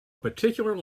particular